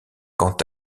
quant